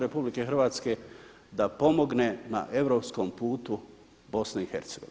RH da pomogne na europskom putu BiH.